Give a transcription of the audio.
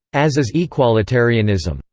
as is equalitarianism.